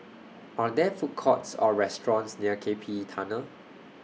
Are There Food Courts Or restaurants near K P E Tunnel